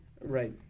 Right